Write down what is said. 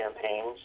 campaigns